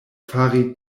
fari